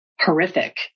Horrific